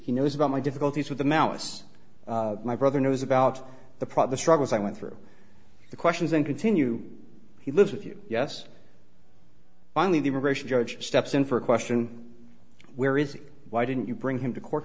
he knows about my difficulties with the mouse my brother knows about the proper struggles i went through the questions and continue he lives with you yes finally the immigration judge steps in for a question where is why didn't you bring him to court